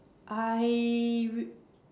I